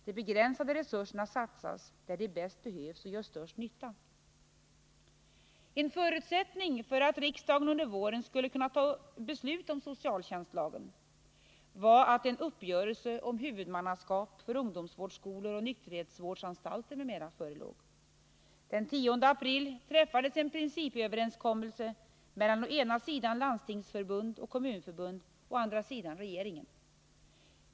De begränsade resurserna satsas där de bäst behövs och gör störst nytta. En förutsättning för att riksdagen under våren skulle kunna ta beslut om socialtjänstlagen var att en uppgörelse om huvudmannaskap för ungdomsvårdsskolor och nykterhetsvårdsanstalter m.m. förelåg. Den 10 april träffades en principöverenskommelse mellan å ena sidan Landstingsförbundet och Kommunförbundet och å andra sidan regeringen.